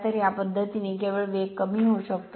तर या पद्धतीने केवळ वेग कमी होऊ शकतो